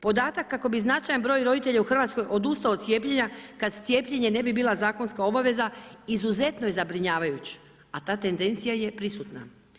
Podatak kako bi značajan broj roditelja u Hrvatskoj odustao od cijepljenja kada cijepljenje ne bi bila zakonska obaveza izuzetno je zabrinjavajući a ta tendencija je prisutna.